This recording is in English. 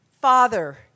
Father